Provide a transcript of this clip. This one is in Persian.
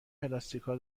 پلاستیکها